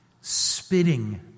spitting